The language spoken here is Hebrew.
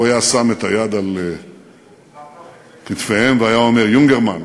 הוא היה שם את היד על כתפיהם והיה אומר: יונגרמן,